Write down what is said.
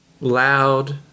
loud